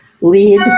lead